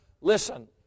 listen